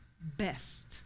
best